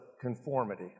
conformity